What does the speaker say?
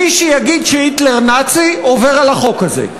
מי שיגיד שהיטלר נאצי עובר על החוק הזה.